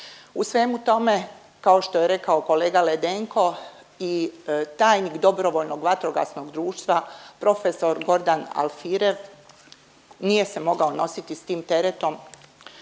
U svemu tome kao što je rekao kolega Ledenko i tajnik DVD-a prof. Gordan Alfirev nije se mogao nositi s tim teretom